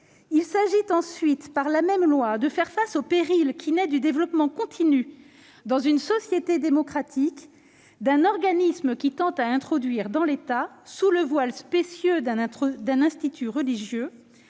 Il s'agit ensuite, par la même loi, de faire face au péril qui naît du développement continu, dans une société démocratique, d'un organisme qui " tend à introduire dans l'État, sous le voile spécieux d'un institut religieux,